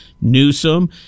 Newsom